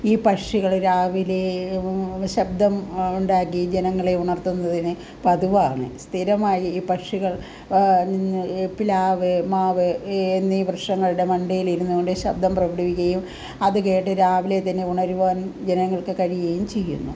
ഈ പക്ഷികൾ രാവിലെ ശബ്ദം ഉണ്ടാക്കി ജനങ്ങളെ ഉണർത്തുന്നതിന് പതിവാണ് സ്ഥിരമായി ഈ പക്ഷികൾ നിന്നു പ്ലാവ് മാവ് എന്നീ വൃക്ഷങ്ങളുടെ മണ്ടയിലിരുന്നുകൊണ്ട് ശബ്ദം പുറപ്പെടുവിക്കുകയും അതുകേട്ട് രാവിലെ തന്നെ ഉണരുവാൻ ജനങ്ങൾക്കു കഴിയുകയും ചെയ്യുന്നു